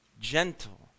gentle